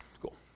cool